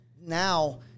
Now